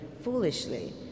foolishly